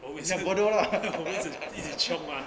我位次我谓词一起 chiong mah